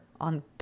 on